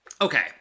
Okay